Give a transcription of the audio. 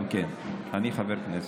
כן, אני חבר כנסת.